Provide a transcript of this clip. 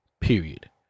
period